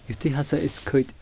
یِتُھے ہسا أسۍ کھٔتۍ